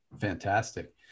Fantastic